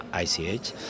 ICH